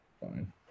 fine